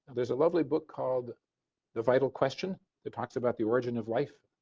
there's a lovely book called the vital question that talks about the origin of life.